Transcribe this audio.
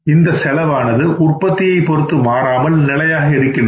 இந்த செலவானது உற்பத்தியை பொருத்து மாறாமல் நிலையாக இருக்கின்றது